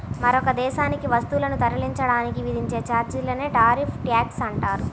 మరొక దేశానికి వస్తువులను తరలించడానికి విధించే ఛార్జీలనే టారిఫ్ ట్యాక్స్ అంటారు